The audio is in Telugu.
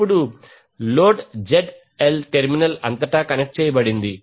ఇప్పుడు లోడ్ ZL టెర్మినల్ అంతటా కనెక్ట్ చేయబడింది